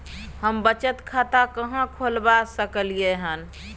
हम बचत खाता कहाॅं खोलवा सकलिये हन?